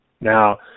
Now